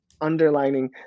underlining